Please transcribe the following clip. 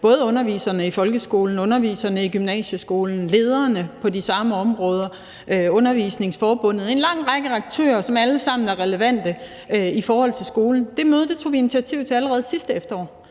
både underviserne i folkeskolen, underviserne i gymnasieskolen, lederne på de samme områder, Uddannelsesforbundet – altså en lang række aktører, som alle sammen er relevante i forhold til skolen. Det møde tog vi initiativ til allerede sidste efterår,